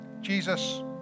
Jesus